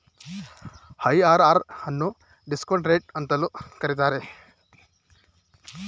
IRR ಅನ್ನು discount rate ಅಂತಲೂ ಕರೀತಾರೆ